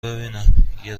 ببینم، یه